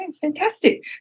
fantastic